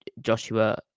Joshua